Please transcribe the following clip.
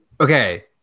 Okay